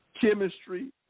chemistry